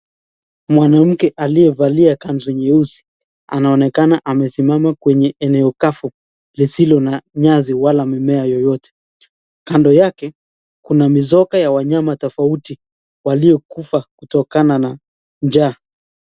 Mwanamke aliyevalia kanzu nyeusi , anaonekana amesimama kwenye eneo kavu lisilo na nyasi wala mimiea yoyote . Kando yake kuna mizoga ya wamyama tofauti waliokufa kutokana na njaa.